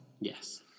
Yes